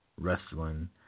wrestling